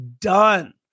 done